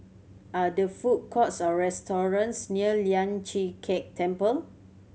are there food courts or restaurants near Lian Chee Kek Temple